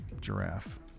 Giraffe